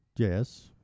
Yes